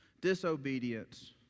Disobedience